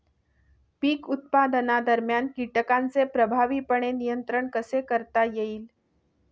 पीक उत्पादनादरम्यान कीटकांचे प्रभावीपणे नियंत्रण कसे करता येईल?